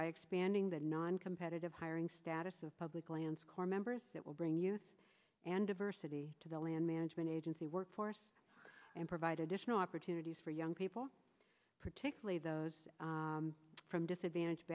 by expanding the noncompetitive hiring status of public lands corps members that will bring youth and diversity to the land management agency workforce and provide additional opportunities for young people particularly those from disadvantaged